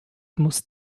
muss